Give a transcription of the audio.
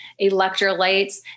electrolytes